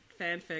fanfic